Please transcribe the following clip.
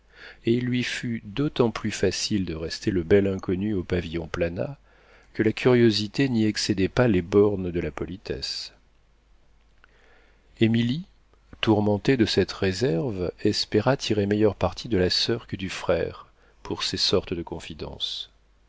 et il lui fut d'autant plus facile de rester le bel inconnu au pavillon planat que la curiosité n'y excédait pas les bornes de la politesse émilie tourmentée de cette réserve espéra tirer meilleur parti de la soeur que du frère pour ces sortes de confidences